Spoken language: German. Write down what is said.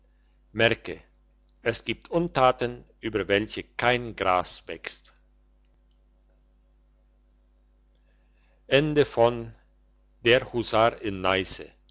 merke es gibt untaten über welche kein gras wächst